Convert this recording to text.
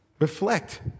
Reflect